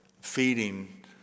feeding